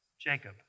Jacob